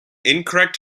incorrect